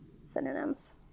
synonyms